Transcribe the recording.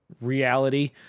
reality